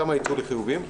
כמה ייצאו חיוביים?